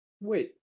wait